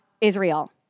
Israel